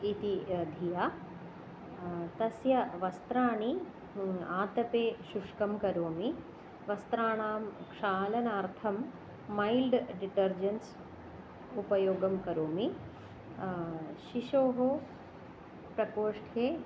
इति धीया तस्य वस्त्राणि आतपे शुष्कं करोमि वस्त्राणां क्षालनार्थं मैल्ड् डिटर्जेण्ट्स् उपयोगं करोमि शिशोः प्रकोष्ठे